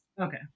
Okay